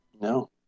no